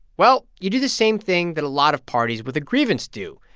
well, you do the same thing that a lot of parties with a grievance do.